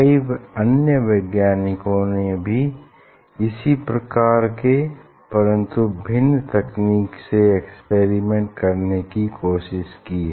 कई अन्य वैज्ञानिकों ने भी इसी प्रकार के परन्तु भिन्न तकनीक से एक्सपेरिमेंट करने की कोशिस की है